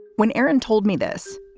when aaron told me this,